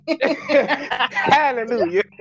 Hallelujah